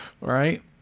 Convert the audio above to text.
Right